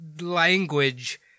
language